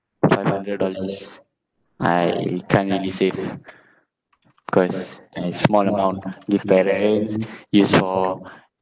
five hundred dollars I can't really save cause like small amount give parents use for